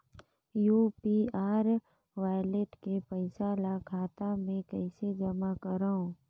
UPI wallet के पईसा ल खाता मे कइसे जमा करव?